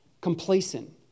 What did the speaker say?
complacent